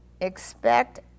Expect